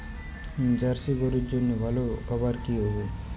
Jersey গরুর জন্য ভালো খাবার কি হবে?